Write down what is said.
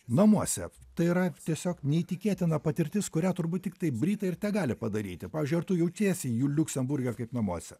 namuose tai yra tiesiog neįtikėtina patirtis kurią turbūt tiktai britai ir tegali padaryti pavyzdžiui ar tu jautiesi jų liuksemburge kaip namuose